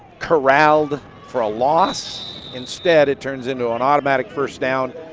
corralled for a loss instead it turns into an automatic first down,